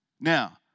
Now